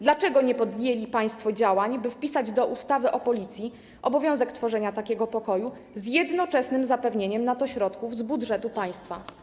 Dlaczego nie podjęli państwo działań, by wpisać do ustawy o Policji obowiązek tworzenia takiego pokoju z jednoczesnym zapewnieniem na to środków z budżetu państwa?